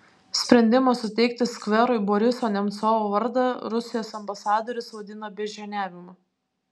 sprendimą suteikti skverui boriso nemcovo vardą rusijos ambasadorius vadina beždžioniavimu